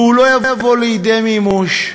והוא לא יבוא לידי מימוש,